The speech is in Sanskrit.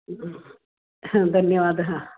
धन्यवादः